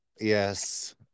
yes